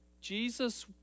Jesus